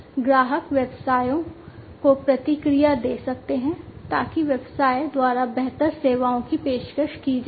ग्राहक व्यवसायों को प्रतिक्रिया दे सकते हैं ताकि व्यवसाय द्वारा बेहतर सेवाओं की पेशकश की जा सके